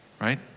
right